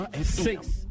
six